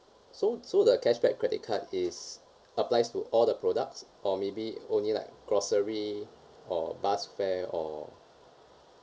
so so the cashback credit card is applies to all the products or maybe only like grocery or bus fare or